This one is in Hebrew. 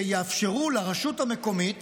שיאפשרו לרשות המקומית